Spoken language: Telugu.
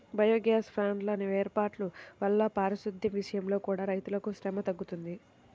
బయోగ్యాస్ ప్లాంట్ల వేర్పాటు వల్ల పారిశుద్దెం విషయంలో కూడా రైతులకు శ్రమ తగ్గుతుంది